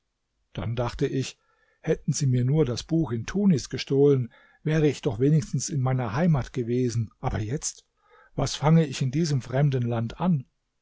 dann dachte ich hätten sie mir nur das buch in tunis gestohlen wäre ich doch wenigstens in meiner heimat gewesen aber jetzt was fange ich in diesem fremden land an